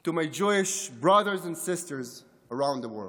To my Jewish brothers and sisters around the world,